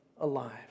alive